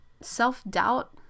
self-doubt